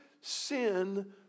sin